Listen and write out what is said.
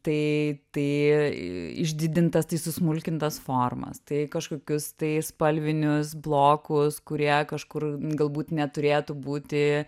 tai tai ii išdidintas tai susmulkintas formas tai kažkokius tai spalvinius blokus kurie kažkur galbūt neturėtų būti